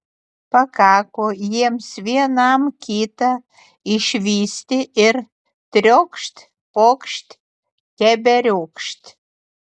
pakako jiems vienam kitą išvysti ir triokšt pokšt keberiokšt